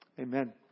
Amen